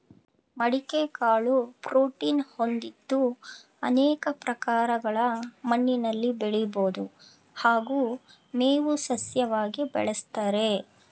ಮಡಿಕೆ ಕಾಳು ಪ್ರೋಟೀನ್ ಹೊಂದಿದ್ದು ಅನೇಕ ಪ್ರಕಾರಗಳ ಮಣ್ಣಿನಲ್ಲಿ ಬೆಳಿಬೋದು ಹಾಗೂ ಮೇವು ಸಸ್ಯವಾಗಿ ಬೆಳೆಸ್ತಾರೆ